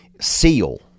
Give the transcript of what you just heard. seal